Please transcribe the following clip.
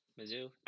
Mizzou